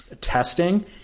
testing